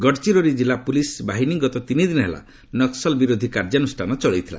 ଗଡ଼ଚିରୋଲି କିଲ୍ଲା ପୁଲିସ୍ ବାହିନୀ ଗତ ତିନି ଦିନ ହେଲା ନକୁଲ ବିରୋଧୀ କାର୍ଯ୍ୟାନୁଷ୍ଠାନ ଚଳାଇଥିଲା